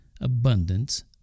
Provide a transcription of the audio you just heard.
abundance